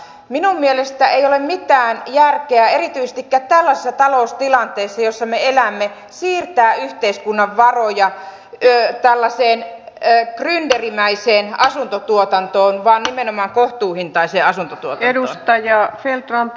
minun mielestäni ei ole mitään järkeä erityisestikään tällaisessa taloustilanteessa jossa me elämme siirtää yhteiskunnan varoja tällaiseen grynderimäiseen asuntotuotantoon vaan pitäisi siirtää nimenomaan kohtuuhintaiseen asuntotuotantoon